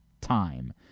time